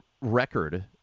record